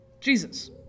Jesus